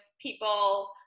people